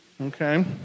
okay